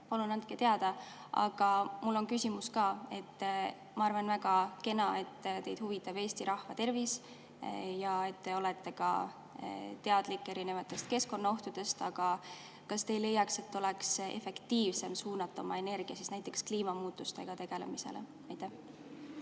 palun andke teada. Aga mul on küsimus ka. Ma arvan, et väga kena, et teid huvitab Eesti rahva tervis ja et te olete ka teadlik erinevatest keskkonnaohtudest, aga kas te ei leia, et efektiivsem oleks suunata oma energia näiteks kliimamuutustega tegelemisele? Aitäh!